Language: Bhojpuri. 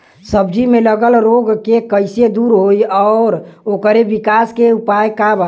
सब्जी में लगल रोग के कइसे दूर होयी और ओकरे विकास के उपाय का बा?